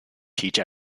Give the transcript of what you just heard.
teach